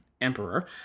emperor